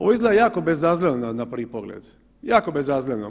Ovo izgleda jako bezazleno na prvi pogled, jako bezazleno.